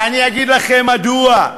אם היה הולך לקברי צדיקים, ואני אגיד לכם מדוע.